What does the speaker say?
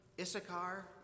Issachar